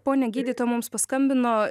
ponia gydytoja mums paskambino